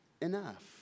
enough